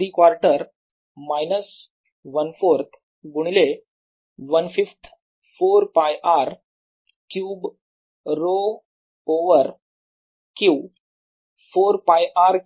3 quarter minus 1 4थ गुणिले1 5थ 4 π R cube ρ over Q 4 π R cube ρ आहे 3 Q